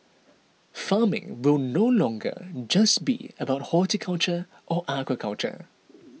farming will no longer just be about horticulture or aquaculture